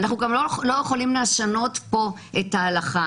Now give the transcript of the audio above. אנחנו גם לא יכולים לשנות פה את ההלכה